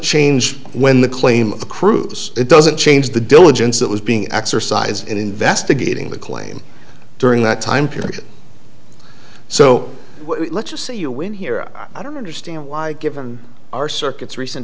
change when the claim accrued is it doesn't change the diligence that was being exercised in investigating the claim during that time period so let's just say you win here i don't understand why given our circuits recent